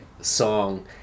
song